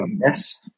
yes